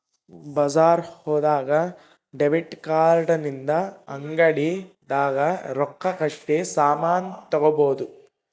ಬಜಾರ್ ಹೋದಾಗ debit card ಇಂದ ಅಂಗಡಿ ದಾಗ ರೊಕ್ಕ ಕಟ್ಟಿ ಸಾಮನ್ ತಗೊಬೊದು